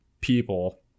people